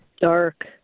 dark